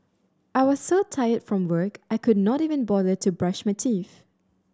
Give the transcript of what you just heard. I was so tired from work I could not even bother to brush my teeth